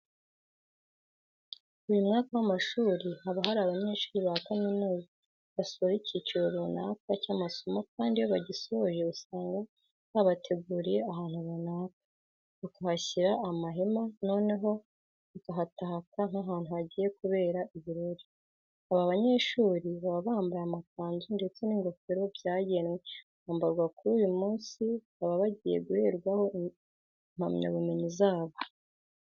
Buri mwaka w'amashuri haba hari abanyeshuri ba kaminuza basoje icyiciro runaka cy'amasomo kandi iyo bagisoje usanga babateguriye ahantu runaka, bakahashyira amahema noneho bakahataka nk'ahantu hagiye kubera ibirori. Aba banyeshuri baba bambaye amakanzu ndetse n'ingofero byagenwe kwambarwa kuri uyu munsi baba bagiye guherwaho impamyabumenyi zabo.